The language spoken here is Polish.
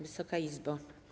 Wysoka Izbo!